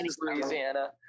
Louisiana